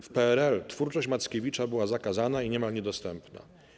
W PRL twórczość Mackiewicza była zakazana i niemal niedostępna.